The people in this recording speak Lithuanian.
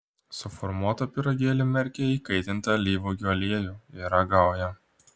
suformuotą pyragėlį merkia į įkaitintą alyvuogių aliejų ir ragauja